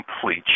complete